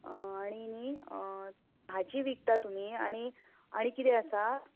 आनी न्ही भाजी विकता तुमी आनी आनी किदें आसा